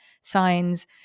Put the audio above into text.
signs